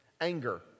Anger